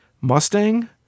Mustang